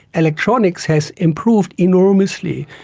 electronics has improved enormously,